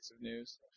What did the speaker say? news